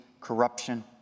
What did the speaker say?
corruption